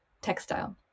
textile